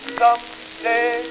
someday